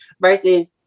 versus